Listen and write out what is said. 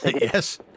Yes